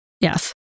Yes